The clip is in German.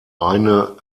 eine